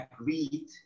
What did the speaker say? agreed